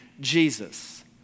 Jesus